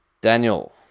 Daniel